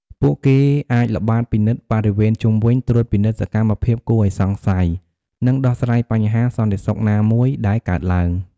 ពួកគេអាចល្បាតពិនិត្យបរិវេណជុំវិញ ត្រួតពិនិត្យសកម្មភាពគួរឲ្យសង្ស័យ និងដោះស្រាយបញ្ហាសន្តិសុខណាមួយដែលកើតឡើង។